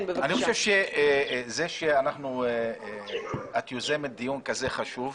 אני חושב שזה שאת יוזמת דיון כזה חשוב,